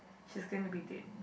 she is going to be dead